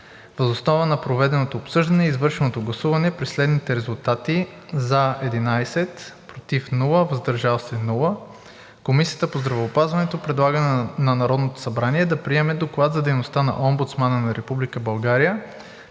Въз основа на проведеното обсъждане и извършеното гласуване при следните резултати: 11 „за“, без „против“ и „въздържал се“, Комисията по здравеопазването предлага на Народното събрание да приеме Доклад за дейността на Омбудсмана на